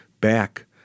back